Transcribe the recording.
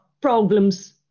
problems